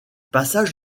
passages